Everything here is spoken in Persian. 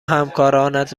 همکارانت